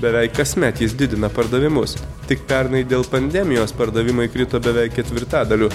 beveik kasmet jis didina pardavimus tik pernai dėl pandemijos pardavimai krito beveik ketvirtadaliu